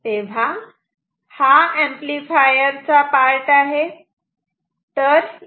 तेव्हा हा ऍम्प्लिफायर चा पार्ट आहे